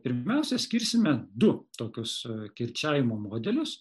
pirmiausia skirsime du tokius kirčiavimo modelius